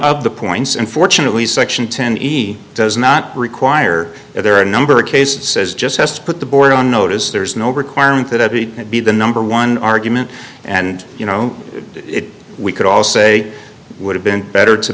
of the points unfortunately section ten easy does not require that there are a number of cases says just has to put the board on notice there's no requirement that it would be the number one argument and you know it we could all say would have been better to